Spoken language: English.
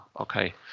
okay